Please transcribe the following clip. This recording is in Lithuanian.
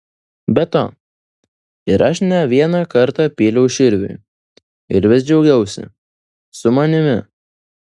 be to ir aš ne vieną kartą pyliau širviui ir vis džiaugiausi su manimi